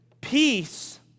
peace